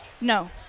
No